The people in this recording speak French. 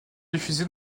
diffusée